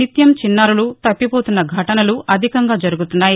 నిత్యం చిన్నారులు తప్పిపోతున్న ఘటనలు అధికంగా జరుగుతున్నాయి